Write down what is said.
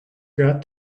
got